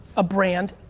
a brand,